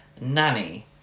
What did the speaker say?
Nanny